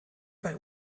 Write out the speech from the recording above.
bei